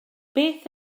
beth